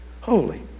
Holy